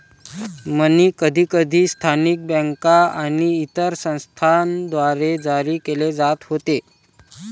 मनी कधीकधी स्थानिक बँका आणि इतर संस्थांद्वारे जारी केले जात होते